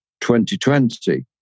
2020